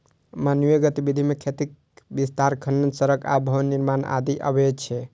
मानवीय गतिविधि मे खेतीक विस्तार, खनन, सड़क आ भवन निर्माण आदि अबै छै